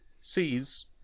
sees